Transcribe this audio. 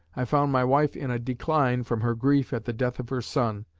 i found my wife in a decline from her grief at the death of her son,